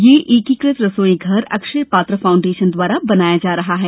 यहएकीकृत रसोई घर अक्षय पात्र फाउंडेशन द्वारा बनाया जा रहा है